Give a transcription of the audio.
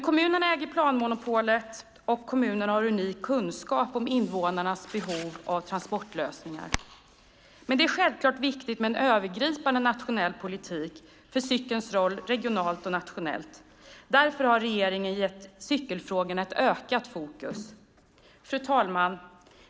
Kommunerna äger planmonopolet och kommunerna har unik kunskap om invånarnas behov av transportlösningar. Men det är självfallet viktigt med en övergripande nationell politik för cykelns roll regionalt och nationellt. Därför har regeringen gett cykelfrågorna ett ökat fokus. Fru talman!